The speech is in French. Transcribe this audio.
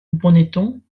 bonneton